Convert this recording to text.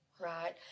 right